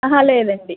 లేదండి